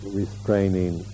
restraining